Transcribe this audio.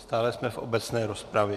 Stále jsme v obecné rozpravě.